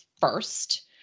first